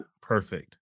perfect